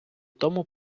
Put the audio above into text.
тому